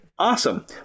Awesome